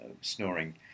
snoring